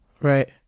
Right